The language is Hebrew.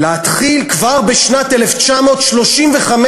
להתחיל כבר בשנת 1935,